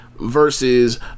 versus